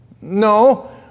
No